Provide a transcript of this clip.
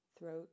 Throat